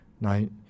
nine